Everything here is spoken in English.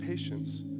Patience